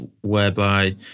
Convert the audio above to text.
whereby